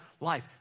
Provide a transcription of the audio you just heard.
life